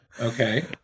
Okay